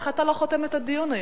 איך אתה לא חותם את הדיון היום?